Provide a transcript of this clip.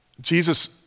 Jesus